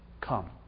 come